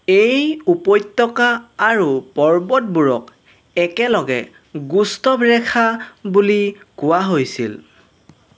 এই উপত্যকা আৰু পৰ্বতবোৰক একেলগে গুস্তভ ৰেখা বুলি কোৱা হৈছিল